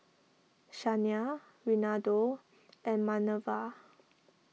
Shania Renaldo and Manerva